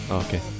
okay